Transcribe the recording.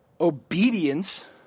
obedience